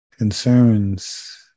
concerns